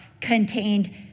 contained